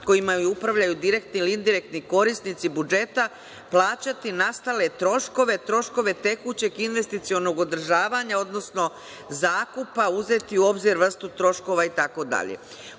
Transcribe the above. kojima upravljaju direktni ili indirektni korisnici budžeta plaćati nastale troškove, troškove tekućeg investicionog održavanja, odnosno zakupa uzeti u obzir vrstu troškova itd. Ovde